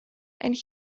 and